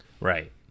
right